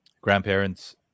grandparents